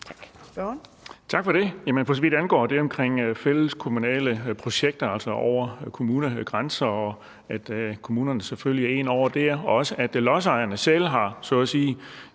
Jamen for så vidt angår det med fælles kommunale projekter, altså over kommunegrænser, og at kommunerne selvfølgelig er inde over der, og også at lodsejerne et stykke